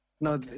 No